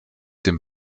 dem